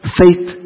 faith